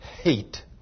hate